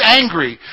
angry